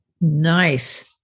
Nice